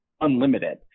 unlimited